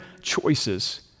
choices